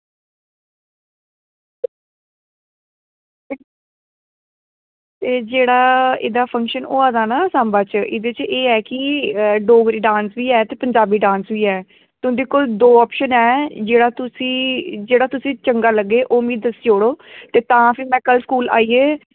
ते जेह्ड़ा फंक्शन होआ दा ना सांबा च एह्दे च एह् ऐ कि डोगरी डांस बी ऐ ते पंजाबी डांस बी ऐ तुंदे कोल दो ऑप्शन ऐ कि जेह्का तुसी चंगा लग्गे ओह् मिगी दस्सी ओड़ो ते तां फ्ही में स्कूल आइयै